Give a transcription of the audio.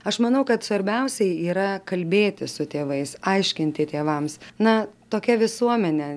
aš manau kad svarbiausia yra kalbėti su tėvais aiškinti tėvams na tokia visuomenė